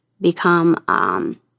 become—